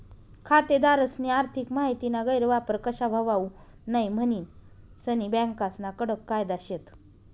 खातेदारस्नी आर्थिक माहितीना गैरवापर कशा व्हवावू नै म्हनीन सनी बँकास्ना कडक कायदा शेत